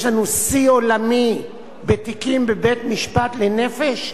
יש לנו שיא עולמי בתיקים בבית-משפט לנפש,